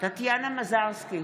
טטיאנה מזרסקי,